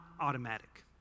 automatic